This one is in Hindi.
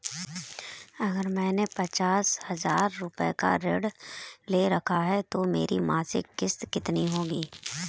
अगर मैंने पचास हज़ार रूपये का ऋण ले रखा है तो मेरी मासिक किश्त कितनी होगी?